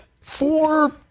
Four